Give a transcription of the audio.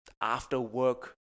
after-work